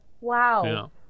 Wow